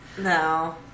No